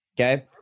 Okay